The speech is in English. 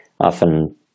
often